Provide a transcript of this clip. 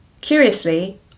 Curiously